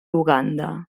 uganda